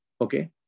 Okay